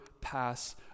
pass